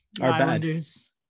Islanders